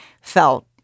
felt